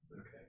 okay